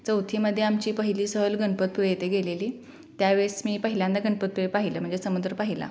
चौथीमध्ये आमची पहिली सहल गणपतीपुळे येथे गेलेली त्यावेळेस मी पहिल्यांदा गणपतीपुळे पाहिलं म्हणजे समुद्र पाहिला